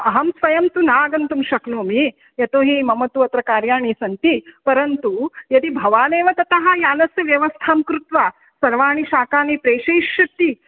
अहं स्वयं तु नागन्तुं शक्नोमि यतोहि मम तु अत्र कार्याणि सन्ति परन्तु यदि भवानेव ततः यानस्य व्यवस्थां कृत्वा सर्वाणि शाकानि प्रेषयिष्यति